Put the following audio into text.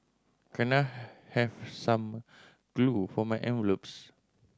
can I have some glue for my envelopes